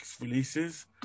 releases